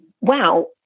wow